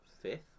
fifth